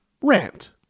rant